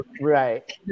Right